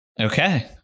Okay